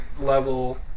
level